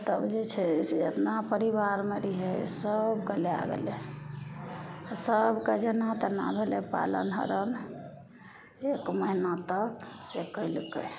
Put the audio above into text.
तब जे छै से अपना परिवारमे रहियै सबके लए गेलय सबके जेना तेना भेलय पालन हारण एक महीना तक से कयलकय